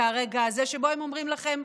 זה הרגע הזה שבו הם אומרים לכם: